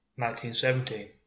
1917